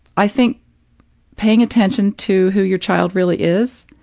i think paying attention to who your child really is,